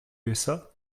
usa